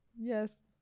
Yes